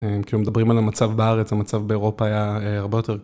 כאילו מדברים על המצב בארץ, המצב באירופה היה הרבה יותר